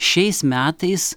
šiais metais